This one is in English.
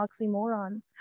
oxymoron